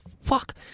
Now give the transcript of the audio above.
Fuck